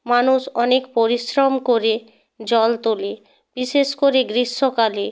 মানুষ অনেক পরিশ্রম করে জল তোলে বিশেষ করে গ্রীষ্মকালে